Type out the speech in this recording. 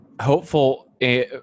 hopeful